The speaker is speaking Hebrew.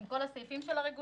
עם כל הסעיפים של הרגולציה,